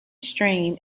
stream